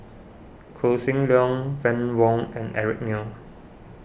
Koh Seng Leong Fann Wong and Eric Neo